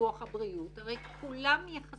ביטוח הבריאות, הרי כולם ישלמו